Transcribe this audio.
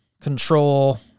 control